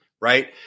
right